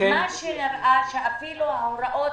מה שנראה, שאפילו ההוראות